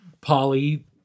Polly